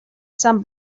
some